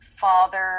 father